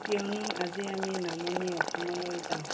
কিয়নো আজি আমি নামনি অসমলৈ যাওঁ